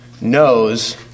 knows